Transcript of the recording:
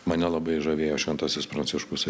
mane nelabai žavėjo šventasisi pranciškus